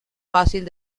fácil